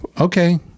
okay